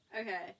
Okay